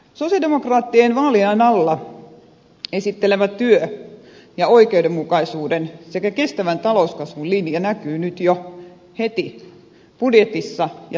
sosialidemokraattien vaalien alla esittelemä työn ja oikeudenmukaisuuden sekä kestävän talouskasvun linja näkyy nyt jo heti budjetissa ja tässä raamissa